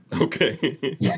Okay